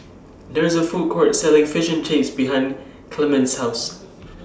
There IS A Food Court Selling Fish Chips behind Clemma's House